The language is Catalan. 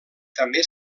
també